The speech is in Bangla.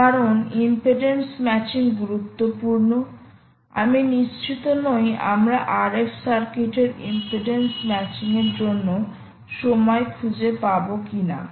কারণ ইম্পিডেন্স ম্যাচিং গুরুত্বপূর্ণ আমি নিশ্চিত নই আমরা RF সার্কিটের ইম্পিডেন্স ম্যাচিং এর জন্য সময় খুঁজে পাব কিনা